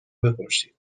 بپرسید